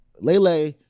Lele